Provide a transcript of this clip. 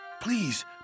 Please